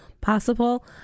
possible